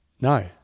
No